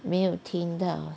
没有听到